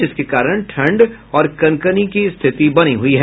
जिसके कारण ठंड और कनकनी की स्थिति बनी हुई है